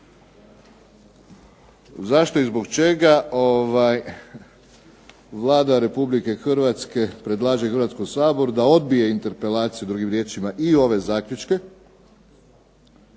zašto i zbog čega Vlada Republike Hrvatske predlaže Hrvatskom saboru da odbije interpelaciju, drugim